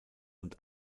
und